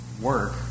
work